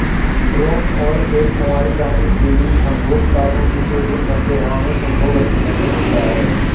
drone और एक कुंवारी रानी के बीच संभोग कॉलोनी से दूर, मध्य हवा में संभोग स्थलों में होता है